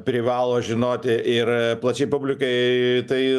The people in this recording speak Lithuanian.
privalo žinoti ir plačiai publikai tai